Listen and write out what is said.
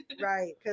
right